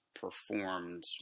performed